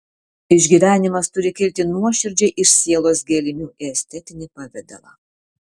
išgyvenimas turi kilti nuoširdžiai iš sielos gelmių į estetinį pavidalą